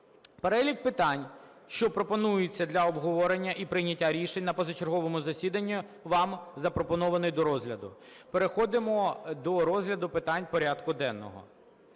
Перелік питань, що пропонуються для обговорення і прийняття рішень на позачерговому засіданні, вам запропонований до розгляду. Переходимо до розгляду питань порядку денного.